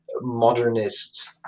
modernist